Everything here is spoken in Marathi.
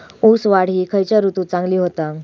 ऊस वाढ ही खयच्या ऋतूत चांगली होता?